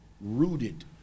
rooted